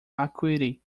acuity